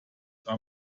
are